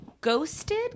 ghosted